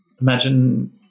Imagine